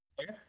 Okay